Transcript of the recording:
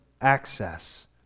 access